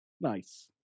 nice